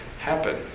happen